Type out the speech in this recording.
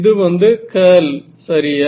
இது வந்து கர்ல் சரியா